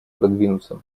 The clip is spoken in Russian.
продвинуться